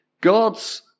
God's